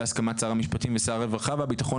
בהסכמת שר המשפטים והשר הרווחה והביטחון